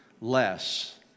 less